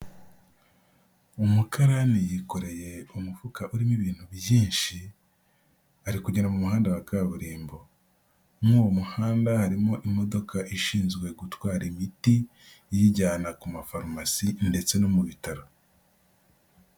Umukarani yikoreye umufuka urimo ibintu byinshi, ari kugera mu muhanda wa kaburimbo. Muri uwo muhanda harimo imodoka ishinzwe gutwara imiti iyijyana ku mafarumasi ndetse no mu bitaro.